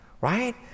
right